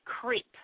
creep